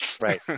right